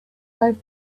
life